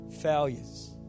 failures